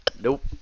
Nope